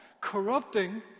corrupting